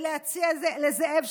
ולהציע לזאב,